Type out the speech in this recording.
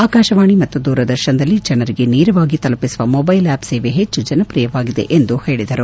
ಆಕಾಶವಾಣಿ ಮತ್ತು ದೂರದರ್ಶನದಲ್ಲಿ ಜನರಿಗೆ ನೇರವಾಗಿ ತಲುಪಿಸುವ ಮೊಬ್ಲೆಲ್ ಆ್ಲಪ್ ಸೇವೆ ಹೆಚ್ಚು ಜನಪ್ರಿಯವಾಗಿದೆ ಎಂದು ಹೇಳಿದರು